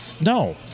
No